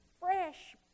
fresh